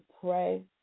pray